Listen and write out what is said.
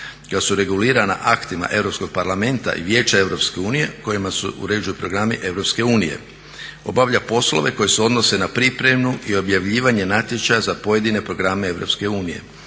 koja su regulirana aktima Europskog parlamenta i Vijeća Europske unije kojima se uređuju programi Europske unije. Obavlja poslove koji se odnose na pripremu i objavljivanje natječaja za pojedine programe